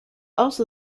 also